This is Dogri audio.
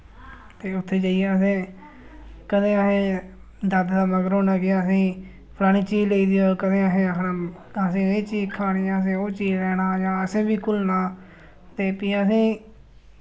ते उत्थै जाइयै असे कदें असें दादा दे मगर होना कि असें ई फलानी चीज लेई देओ कदें असें आखना असें एह् चीज खानी असें ओ चीज लैना जां असें बी घुलना ते फ्ही असें ई